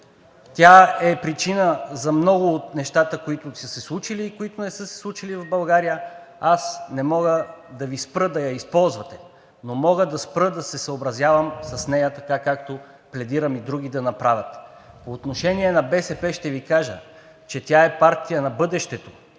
тя е причина за много от нещата, които са се случили и които не са се случили в България. Аз не мога да Ви спра да я използвате, но мога да спра да се съобразявам с нея, така както пледирам и други да направят. По отношение на БСП ще Ви кажа, че тя е партия на бъдещето,